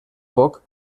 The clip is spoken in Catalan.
poc